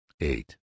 Eight